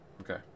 Okay